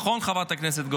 נכון חברת הכנסת גוטליב?